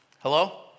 Hello